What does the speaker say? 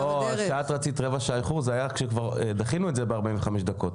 כשאת רצית רבע שעה איחור זה היה כבר כשדחינו את זה ב-45 דקות.